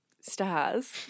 stars